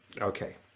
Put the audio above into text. okay